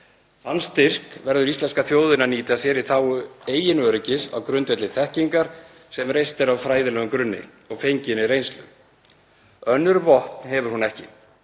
Þann styrk verður íslenska þjóðin að nýta sér í þágu eigin öryggis á grundvelli þekkingar sem reist er á fræðilegum grunni og fenginni reynslu. Önnur vopn hefur hún ekki.